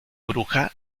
bruja